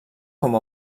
com